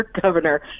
governor